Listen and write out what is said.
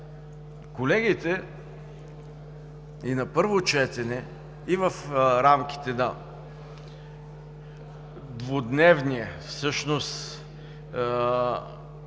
Колегите и на първо четене, и в рамките на двудневния – всъщност